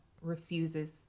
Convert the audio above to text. refuses